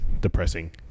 depressing